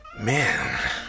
man